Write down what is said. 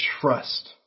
trust